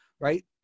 right